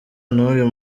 nuyu